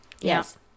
yes